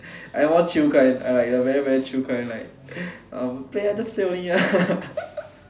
I more chill kind I'm like the very very chill kind like um play ah just play only